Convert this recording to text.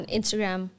Instagram